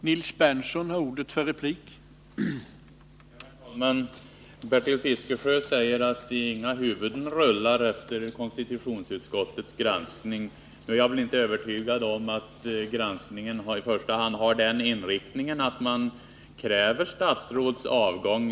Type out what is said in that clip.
Herr talman! Bertil Fiskesjö säger att inga huvuden rullar efter konstitutionsutskottets granskning. Jag är inte övertygad om att granskningen har 19 deninriktningen att man kräver statsråds avgång.